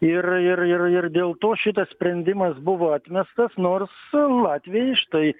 ir ir ir ir dėl to šitas sprendimas buvo atmestas nors latviai štai